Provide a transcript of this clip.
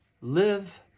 Live